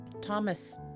Thomas